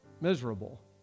miserable